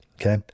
Okay